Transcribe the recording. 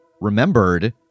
remembered